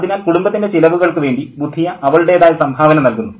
അതിനാൽ കുടുംബത്തിൻ്റെ ചിലവുകൾക്ക് വേണ്ടി ബുധിയ അവളുടേതായ സംഭാവന നൽകുന്നു